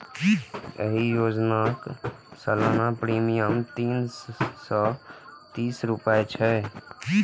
एहि योजनाक सालाना प्रीमियम तीन सय तीस रुपैया छै